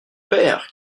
père